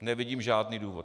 Nevidím žádný důvod.